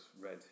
red